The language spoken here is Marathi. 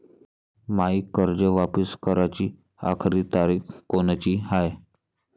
मायी कर्ज वापिस कराची आखरी तारीख कोनची हाय?